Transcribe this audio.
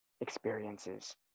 experiences